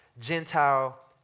Gentile